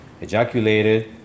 ejaculated